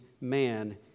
man